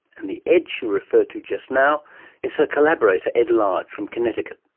and the ed she referred to just now is her collaborator ed large from connecticut.